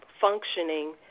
functioning